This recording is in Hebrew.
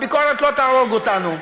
הביקורת לא תהרוג אותנו.